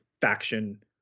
faction